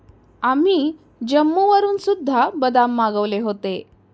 आम्ही जम्मूवरून सुद्धा बदाम मागवले होते